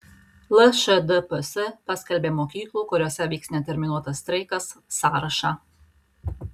lšdps paskelbė mokyklų kuriose vyks neterminuotas streikas sąrašą